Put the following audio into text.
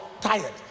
Tired